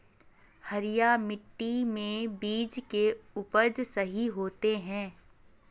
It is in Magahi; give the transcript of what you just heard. हरिया मिट्टी में बीज के उपज सही होते है?